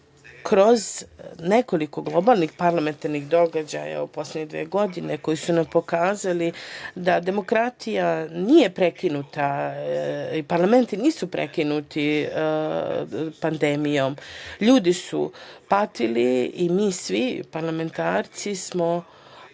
kroz nekoliko globalnih parlamentarnih događaja u poslednje dve godine, koji su nam pokazali da demokratija nije prekinuta i parlamenti nisu prekinuti pandemijom. Ljudi su patili i mi svi parlamentarci smo pronašli